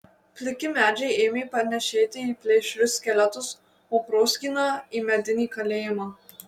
pliki medžiai ėmė panėšėti į plėšrius skeletus o proskyna į medinį kalėjimą